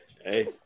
Hey